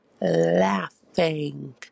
laughing